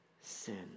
sin